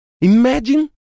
imagine